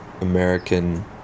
American